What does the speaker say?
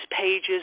pages